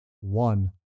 one